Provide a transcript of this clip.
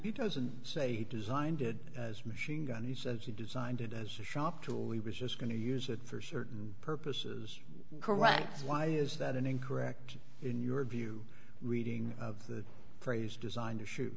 he doesn't say designed as machine gun he says he designed it as a shock to leave was just going to use it for certain purposes correct why is that an incorrect in your view reading of the phrase designed to shoot